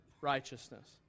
righteousness